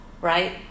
right